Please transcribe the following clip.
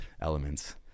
elements